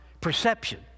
perception